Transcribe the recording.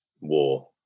war